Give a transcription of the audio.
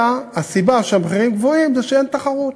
והסיבה שהמחירים לאתיופיה גבוהים היא שאין תחרות.